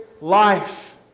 life